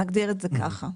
נגדיר את זה ככה,